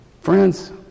Friends